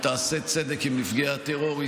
היא תעשה צדק עם נפגעי הטרור,